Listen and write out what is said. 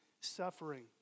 suffering